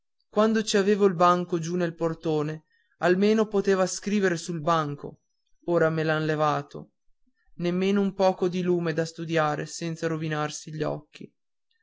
ci avevo il banco giù nel portone almeno poteva scrivere sul banco ora me l'han levato nemmeno un poco di lume da studiare senza rovinarsi gli occhi